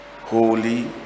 Holy